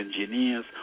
Engineers